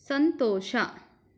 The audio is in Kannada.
ಸಂತೋಷ